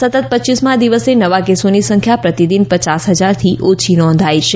સતત પચ્યીસમાં દિવસે નવા કેસોની સંખ્યા પ્રતિદિન પચાસ હજારથી ઓછી નોંધાઈ છે